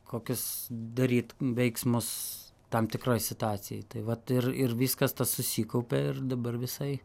kokius daryt veiksmus tam tikroj situacijoj tai vat ir ir viskas tas susikaupė ir dabar visai